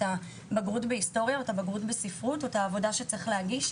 הבגרות בהיסטוריה או בספרות ואת העבודה שצריך להגיש,